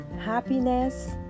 happiness